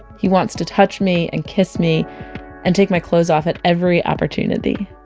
he wants to touch me and kiss me and take my clothes off at every opportunity.